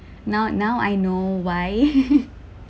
now now I know why